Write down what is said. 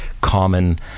common